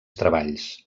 treballs